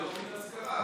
לא ראוי אזכור?